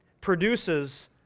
produces